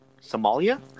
Somalia